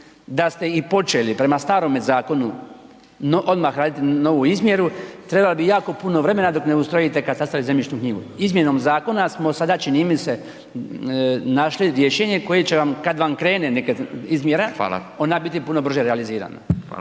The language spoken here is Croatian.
da ste i počeli prema starome zakonu odmah raditi novu izmjeru trebalo bi jako puno vremena dok ne ustrojite katastar i zemljišnu knjigu. Izmjenom zakona smo sada čini mi se našli rješenje koje će vam kad vam krene neka izmjera …/Upadica: Hvala./… ona biti puno brže realizirana.